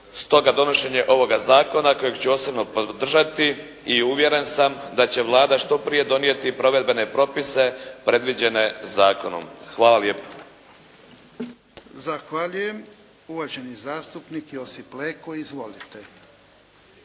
stoga donošenje ovoga zakona kojeg ću osobno podržati i uvjeren sam da će Vlada što prije donijeti provedbene propise predviđene zakonom. Hvala lijepa. **Jarnjak, Ivan (HDZ)** Zahvaljujem. Uvaženi zastupnik Josip Leko. Izvolite.